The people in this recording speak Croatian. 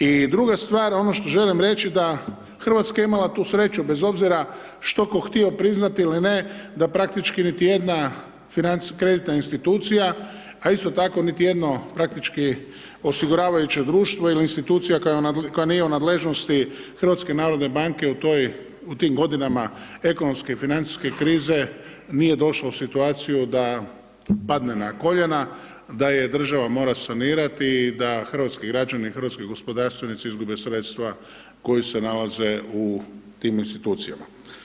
I druga stvar, ono što želim reći da Hrvatska je imala tu sreću bez obzira što tko htio priznati ili ne, da praktički niti jedna kreditna institucija, a isto tako niti jedno praktički osiguravajuće društvo ili institucija koja nije u nadležnosti HNB-a u tim godinama ekonomske i financijske krize, nije došlo u situaciju da padne na koljena, da je država mora sanirati, da hrvatski građani i hrvatski gospodarstvenici izgube sredstva koja se nalaze u tim institucijama.